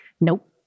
Nope